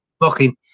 looking